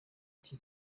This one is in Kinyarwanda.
iki